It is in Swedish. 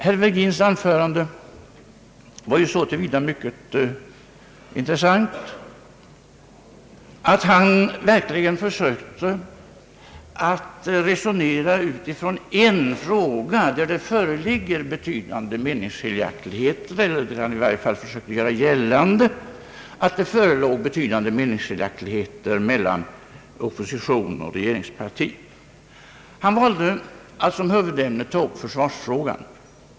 Herr Virgins anförande var så till vida mycket intressant att han verkligen försökte resonera med utgångspunkt från en fråga, där det föreligger betydande meningsskiljaktigheter eller där han i varje fall sökt göra gällande att det föreligger betydande meningsskiljaktigheter mellan oppositionen och regeringspartiet. Herr Virgin valde att såsom huvudämne ta upp försvarsfrågan.